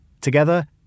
Together